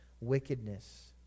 wickedness